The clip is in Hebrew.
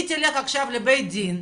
היא תלך עכשיו לבית דין,